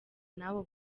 n’abo